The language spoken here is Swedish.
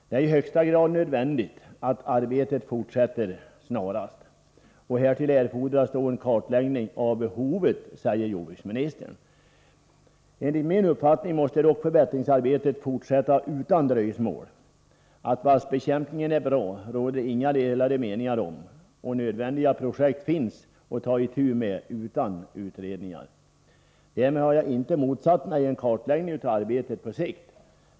Det är i högsta grad nödvändigt att arbetet fortsätter snarast. Härtill erfordras då en kartläggning av behovet, säger jordbruksministern. Enligt min uppfattning måste dock förbättringsarbetet fortsätta utan dröjsmål. Att vassbekämpningen är bra råder det inga delade meningar om, och nödvändiga projekt finns att ta itu med, utan att några utredningar görs. Därmed har jag inte motsatt mig en kartläggning av arbetet på sikt.